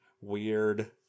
weird